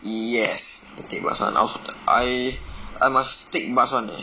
yes need take bus [one] I I must take bus [one] leh